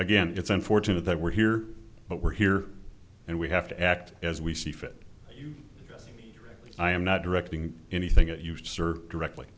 again it's unfortunate that we're here but we're here and we have to act as we see fit i am not directing anything at you sir directly